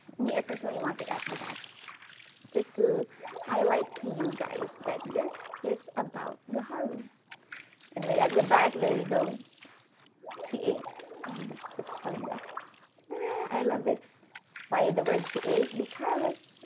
me i personally want it at the back just to highlight to you guys that this is about gaharu anyway at the back there you go create and tip's kalimba i love it why the word create? because,